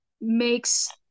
makes